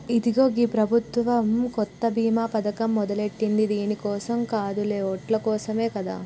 ఇదిగో గీ ప్రభుత్వం కొత్త బీమా పథకం మొదలెట్టింది దీని కోసం కాదులే ఓట్ల కోసమే కదా